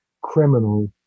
criminal